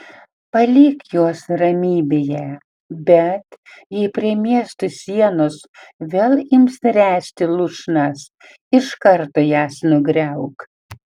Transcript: palik juos ramybėje bet jei prie miesto sienos vėl ims ręsti lūšnas iš karto jas nugriauk